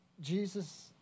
Jesus